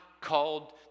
called